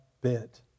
bit